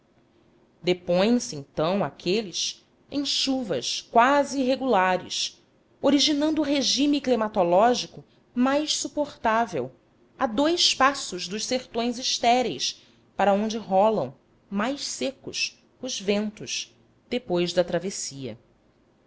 depõem se então aqueles em chuvas quase regulares originando regime climatológico mais suportável a dous passos dos sertões estéreis para onde rolam mais secos os ventos depois da travessia